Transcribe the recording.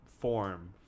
form